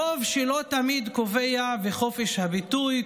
הרוב שלא תמיד קובע וחופש הביטוי,